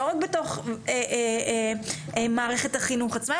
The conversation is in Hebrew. לא רק בתוך מערכת החינוך עצמה,